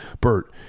Bert